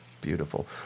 Beautiful